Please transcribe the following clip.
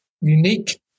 unique